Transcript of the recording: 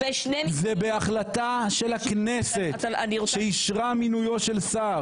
זה בהחלטה של הכנסת שאישרה מינויו של שר